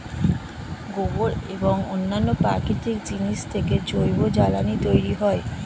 গোবর এবং অন্যান্য প্রাকৃতিক জিনিস থেকে জৈব জ্বালানি তৈরি হয়